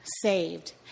saved